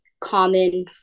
common